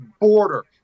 border